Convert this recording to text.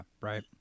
Right